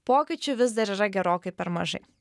pokyčių vis dar yra gerokai per mažai